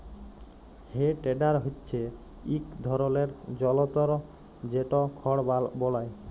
হে টেডার হচ্যে ইক ধরলের জলতর যেট খড় বলায়